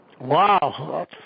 wow